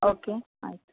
okay ಆಯಿತು